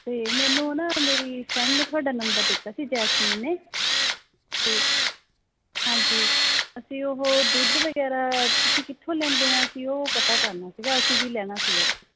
ਅਤੇ ਮੈਨੂੰ ਨਾ ਮੇਰੀ ਫਰੈਂਡ ਨੇ ਤੁਹਾਡਾ ਨੰਬਰ ਦਿੱਤਾ ਸੀ ਜੈਸਮੀਨ ਨੇ ਅਤੇ ਹਾਂਜੀ ਅਸੀਂ ਉਹ ਦੁੱਧ ਵਗੈਰਾ ਤੁਸੀਂ ਕਿੱਥੋਂ ਲੈਂਦੇ ਆ ਅਸੀਂ ਉਹ ਪਤਾ ਕਰਨਾ ਸੀਗਾ ਅਸੀਂ ਵੀ ਲੈਣਾ ਸੀਗਾ ਓਥੋਂ